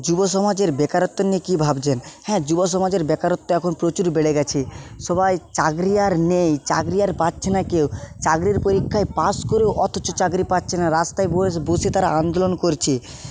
যুব সমাজের বেকারত্ব নিয়ে কি ভাবছেন হ্যাঁ যুব সমাজের বেকারত্ব এখন প্রচুর বেড়ে গেছে সবাই চাকরি আর নেই চাকরি আর পাচ্ছে না কেউ চাকরির পরীক্ষায় পাস করেও অথচ চাকরি পাচ্ছে না রাস্তায় বসে তারা আন্দোলন করছে